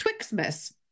Twixmas